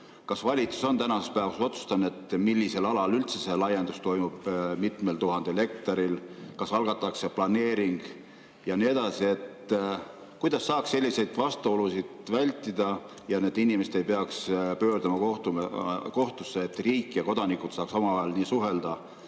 Kas valitsus on tänaseks päevaks otsustanud, millisel alal üldse see laiendus toimub, mitmel tuhandel hektaril, ja kas algatatakse planeering? Kuidas saaks selliseid vastuolusid vältida ja inimesed ei peaks pöörduma kohtusse? Kuidas riik ja kodanikud saaksid omavahel suhelda,